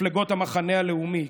מפלגות המחנה הלאומי,